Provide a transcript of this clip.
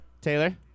Taylor